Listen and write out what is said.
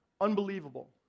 Unbelievable